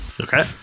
Okay